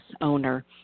owner